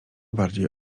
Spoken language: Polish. bardziej